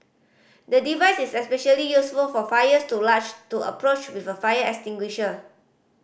the device is especially useful for fires too large to approach with a fire extinguisher